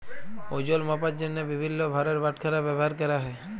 ওজল মাপার জ্যনহে বিভিল্ল্য ভারের বাটখারা ব্যাভার ক্যরা হ্যয়